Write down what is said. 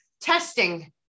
testing